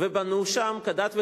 ובנו שם כדת וכדין,